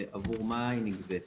ועבור מה היא נגבית?